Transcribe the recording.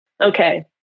okay